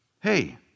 hey